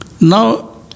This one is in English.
Now